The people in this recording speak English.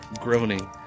groaning